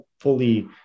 fully